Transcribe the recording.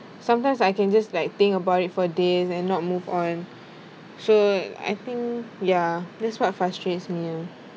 sometimes I can just like think about it for days and not move on so I think ya that's what frustrates me